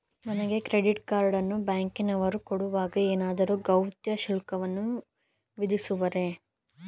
ನನಗೆ credit card ಅನ್ನು ಬ್ಯಾಂಕಿನವರು ಕೊಡುವಾಗ ಏನಾದರೂ ಗೌಪ್ಯ ಶುಲ್ಕವನ್ನು ವಿಧಿಸುವರೇ?